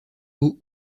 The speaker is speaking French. haut